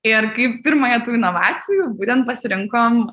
ir kaip pirmąją tų inovacijų būtent pasirinkom